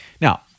Now